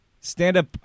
Stand-up